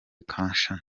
kushner